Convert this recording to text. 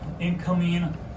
incoming